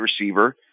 receiver